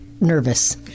nervous